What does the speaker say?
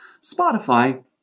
Spotify